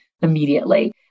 immediately